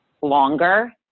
longer